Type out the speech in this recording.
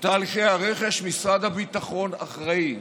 לתהליכי הרכש משרד הביטחון אחראי,